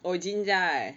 oh jinjja eh